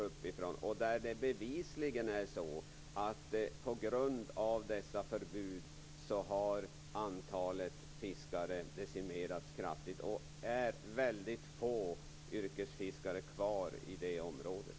Där uppe har bevisligen antalet fiskare decimerats kraftigt på grund av dessa förbud. Det finns nu väldigt få yrkesfiskare kvar i det området.